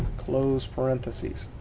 close parentheses.